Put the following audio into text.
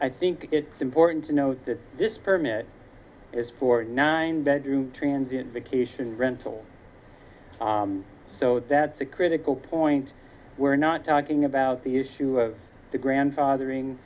i think it's important to note that this permit is for nine bedroom transience vacation rental so that's a critical point we're not talking about the issue of the grandfathering